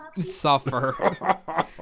suffer